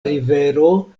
rivero